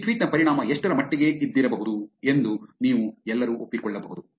ಈ ಟ್ವೀಟ್ ನ ಪರಿಣಾಮ ಎಷ್ಟರಮಟ್ಟಿಗೆ ಇದ್ದಿರಬಹುದು ಎಂದು ನೀವು ಎಲ್ಲರೂ ಒಪ್ಪಿಕೊಳ್ಳಬಹುದು